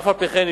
אף-על-פי-כן,